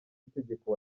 itegeko